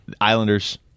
Islanders